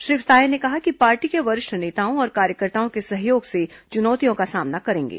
श्री साय ने कहा कि पार्टी के वरिष्ठ नेताओं और कार्यकर्ताओं के सहयोग से चुनौतियों का सामना करेंगे